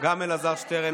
גם אלעזר שטרן.